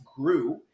grew